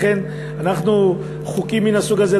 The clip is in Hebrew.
לכן חוקים מהסוג הזה,